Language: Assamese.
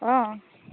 অঁ